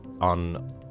on